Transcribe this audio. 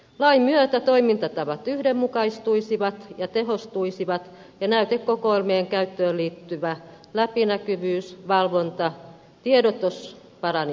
lain myötä toimintatavat yhdenmukaistuisivat ja tehostuisivat ja näytekokoelmien käyttöön liittyvä läpinäkyvyys valvonta tiedotus paranisivat